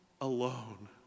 alone